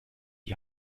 die